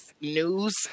news